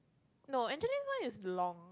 no actually one is long